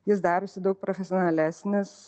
jis darosi daug profesionalesnis